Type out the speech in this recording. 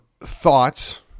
thoughts